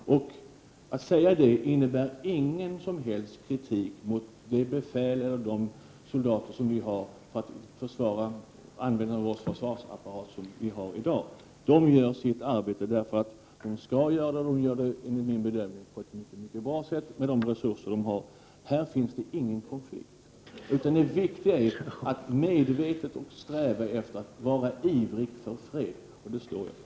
Detta innebär ingen som helst kritik mot det befäl eller de soldater vi har att använda den försvarsapparat vi har i dag. De gör sitt arbete därför att de skall göra det och de gör det enligt min bedömning på ett mycket bra sätt med de resurser de har. Här finns alltså ingen konflikt. Det viktiga är att medvetet sträva efter att vara ivrig för fred. Det står jag för.